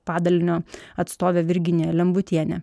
padalinio atstovė virginija lembutienė